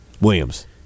Williams